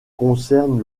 concerne